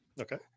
okay